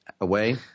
away